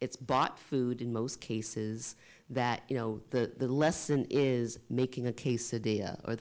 it's brought food in most cases that you know the lesson is making a case a day or